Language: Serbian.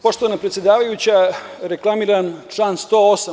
Poštovana predsedavajuća, reklamiram član 108.